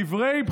מה